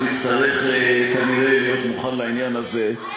אז תצטרך כנראה להיות מוכן לעניין הזה.